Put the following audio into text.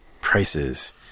prices